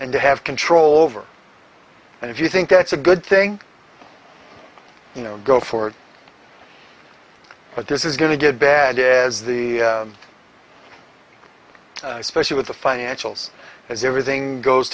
and to have control over and if you think that's a good thing you know go for it but this is going to get bad as the especially with the financials as everything goes